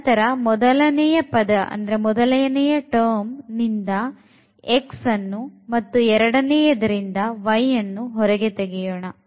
ನಂತರ ಮೊದಲನೆಯ ಪದದಿಂದ x ಅನ್ನು ಎರಡನೇಯದರಿಂದ y ಹೊರಗೆ ತೆಗೆಯೋಣ